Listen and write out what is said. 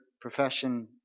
profession